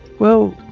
well,